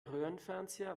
röhrenfernseher